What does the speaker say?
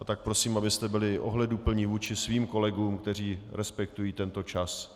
A tak prosím, abyste byli ohleduplní vůči svým kolegům, kteří respektují tento čas.